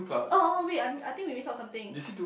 oh oh oh wait I'm I think we miss out something